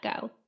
go